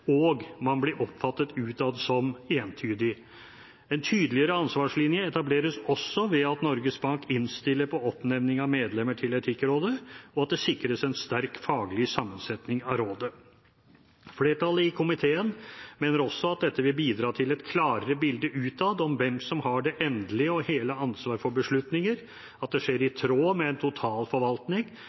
og man blir utad oppfattet som entydig. En tydeligere ansvarslinje etableres også ved at Norges Bank innstiller til oppnevning av medlemmer til Etikkrådet, og at det sikres en sterk faglig sammensetning av rådet. Flertallet i komiteen mener også at dette vil bidra til et klarere bilde utad av hvem som har det endelige og hele ansvar for beslutninger, at det skjer i tråd med en